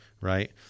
right